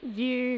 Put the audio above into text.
view